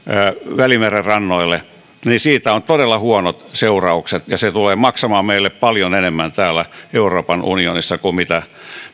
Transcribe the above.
välimeren rannoille niin siitä on todella huonot seuraukset ja se tulee maksamaan meille paljon enemmän täällä euroopan unionissa kuin mitä